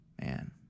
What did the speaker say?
Man